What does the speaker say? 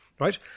Right